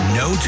no